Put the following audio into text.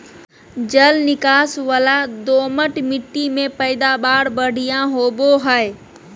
जल निकास वला दोमट मिट्टी में पैदावार बढ़िया होवई हई